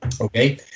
Okay